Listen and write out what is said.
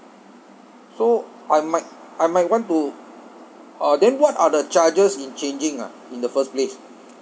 so I might I might want to uh then what are the charges in changing ah in the first place